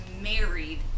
married